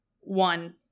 one